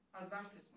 advertisement